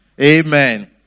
Amen